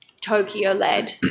Tokyo-led